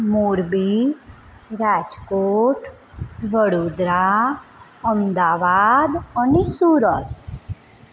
મોરબી રાજકોટ વડોદરા અમદાવાદ અને સુરત